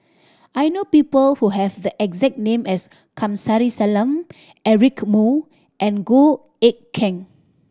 I know people who have the exact name as Kamsari Salam Eric Moo and Goh Eck Kheng